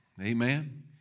amen